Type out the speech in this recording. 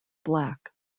black